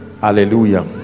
hallelujah